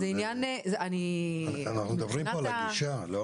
אבל אנחנו מדברים פה על הגישה.